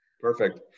Perfect